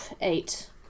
eight